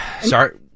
Sorry